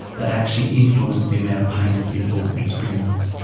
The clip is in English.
that actually influence the amount of pain that people experience.